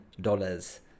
dollars